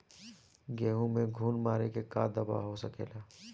गेहूँ में घुन मारे के का दवा हो सकेला?